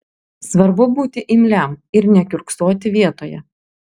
svarbu būti imliam ir nekiurksoti vietoje